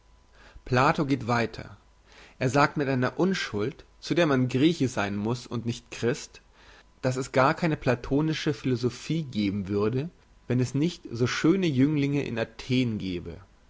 plato geht weiter er sagt mit einer unschuld zu der man grieche sein muss und nicht christ dass es gar keine platonische philosophie geben würde wenn es nicht so schöne jünglinge in athen gäbe